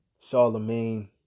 Charlemagne